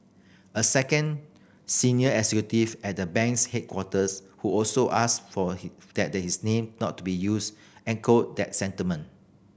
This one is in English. a second senior executive at the bank's headquarters who also asked for that his name not be used echoed that sentiment